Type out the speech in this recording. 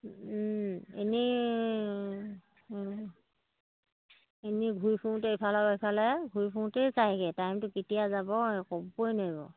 এনেই এনেই ঘূৰি ফুৰোতে ইফালৰ পৰা সিফালে ঘূৰি ফুৰোতেই যাইগৈ টাইমটো কেতিয়া যাব ক'বই নোৱাৰিব